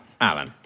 Alan